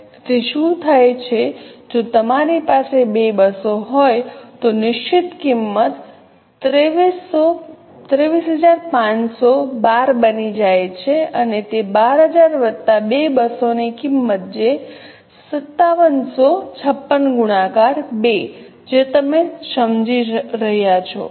તેથી શું થાય છે જો તમારી પાસે 2 બસો હોય તો નિશ્ચિત કિંમત 23512 બની જાય છે તે 12000 વત્તા 2 બસોની કિંમત જે 5756 ગુણાકાર 2 છે તમે સમજી રહ્યા છો